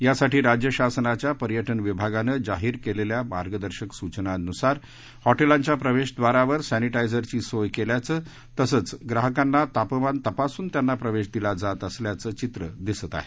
यासाठी राज्य शासनाच्या पर्यटन विभागानं जाहीर केलेल्या मार्गदर्शक सुचनांनुसार हॉटेलांच्या प्रवेशद्वारावर सर्विदायझरची सोय केल्याचं तसंच येणाऱ्या ग्राहकांचं तापमान तपासून त्यांना प्रवेश दिला जात असल्याचं चित्रही दिसत आहे